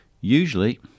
Usually